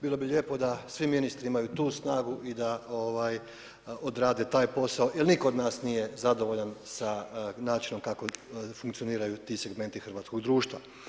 Bilo bi lijepo da svi ministri imaju tu snagu i da odrade taj posao, jer nitko od nas nije zadovoljan sa načinom kako funkcioniraju ti segmenti hrvatskog društva.